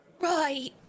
Right